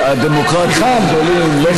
שהדמוקרטים הגדולים לא מסוגלים,